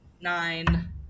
nine